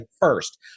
first